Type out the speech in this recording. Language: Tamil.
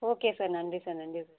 ஓகே சார் நன்றி சார் நன்றி சார்